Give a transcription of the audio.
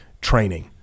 training